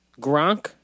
Gronk